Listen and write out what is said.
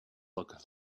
look